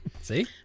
See